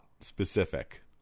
specific